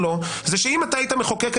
נגיד אלה שנתנו פסק דין מפואר כמו קול העם.